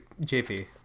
JP